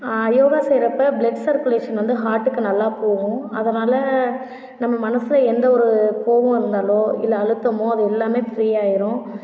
யோகா செய்கிறப்ப blood circulation வந்து ஹார்ட்க்கு நல்லா போகும் அதனால் நம்ம மனசே எந்த ஒரு கோபம் இருந்தாலோ இல்லை அழுத்தமோ அது எல்லாமே ஃபிரீயாயிடும்